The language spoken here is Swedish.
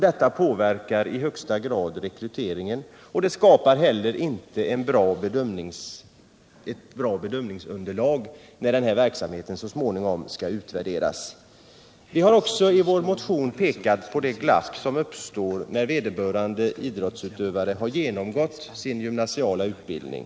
Detta påverkar i högsta grad rekryteringen, vilket i sin tur medför att man får ett dåligt bedömningsunderlag för den utvärdering som så småningom skall göras. I vår motion har vi också pekat på det glapp i utbildningen som uppstår när en idrottsutövare har genomgått sin gymnasiala utbildning.